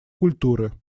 культуры